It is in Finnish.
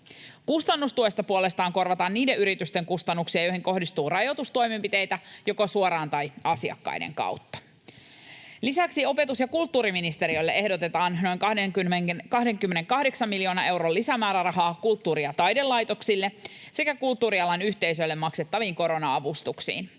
Kustannustuesta puolestaan korvataan niiden yritysten kustannuksia, joihin kohdistuu rajoitustoimenpiteitä joko suoraan tai asiakkaiden kautta. Lisäksi opetus- ja kulttuuriministeriölle ehdotetaan noin 28 miljoonan euron lisämäärärahaa kulttuuri- ja taidelaitoksille sekä kulttuurialan yhteisöille maksettaviin korona-avustuksiin.